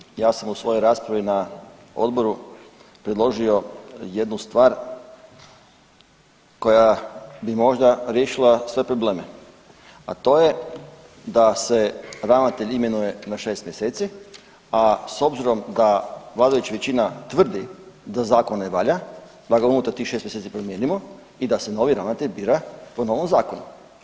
Kolega Hajduković ja sam u svojoj raspravi na odboru predložio jednu stvar koja bi možda riješila sve probleme, a to je da se ravnatelj imenuje na 6 mjeseci, a s obzirom da vladajuća većina tvrdi da zakon ne valja, da ga unutar tih 6 mjeseci promijenimo i da se novi ravnatelj bira po novom zakonu.